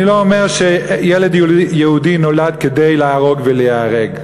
אני לא אומר שילד יהודי נולד כדי להרוג וליהרג,